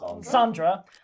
Sandra